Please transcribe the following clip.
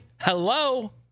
hello